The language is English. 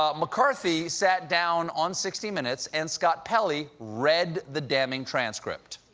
ah mccarthy sat down on sixty minutes, and scott pelley read the damning transcript.